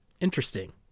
interesting